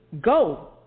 go